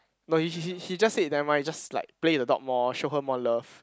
no he he he he just said nevermind you just like play with the dog more show her more love